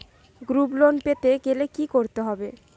Group loan পেতে গেলে কি করতে হবে?